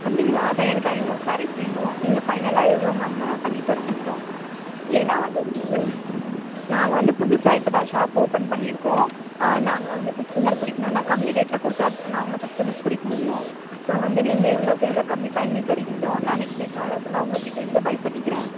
அப்படிங்களா அதுதான் எனக்கு ஐந்நூறு ஸேரீஸ் வேணும் நீங்கள் ஃபைனலாக எவ்வளோ மேம் பண்ணித்தரமுடியும் ஏன்னால் வந்து இது நாங்கள் வந்து புதுசாக இப்போ தான் ஷாப் ஓப்பன் பண்ணியிருக்கோம் நாங்களும் வந்து கஸ்டமர் பிடிக்கணுன்னா கம்மி ரேட்டில் கொடுத்தா தான் நாங்களும் கஸ்டமர்ஸ் பிடிக்க முடியும் ஸோ வந்து நீங்கள் எவ்ளோக்கெவ்வளோ கம்மி பண்ணி தரீங்களோ நான் நெக்ஸ்ட் நெக்ஸ்ட் ஆர்டர்ஸ் எல்லாம் உங்கள் கிட்டேருந்து பை பண்ணிக்கிறேன்